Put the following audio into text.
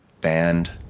band